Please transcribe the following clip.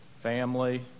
family